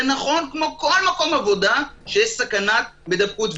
זה נכון כמו כל מקום עבודה שיש סכנת הידבקות.